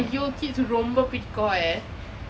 !aiyo! kids ரொம்ப பிடிக்கும்:romba pidikkum eh